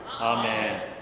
Amen